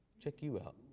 check you out.